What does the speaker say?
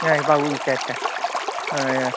हय भाऊक विचारतां हय हय